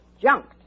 Junked